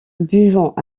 buvons